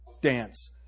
dance